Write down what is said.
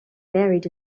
buried